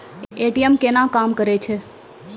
ATM केना काम करै छै?